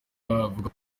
avuga